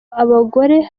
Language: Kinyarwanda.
abagore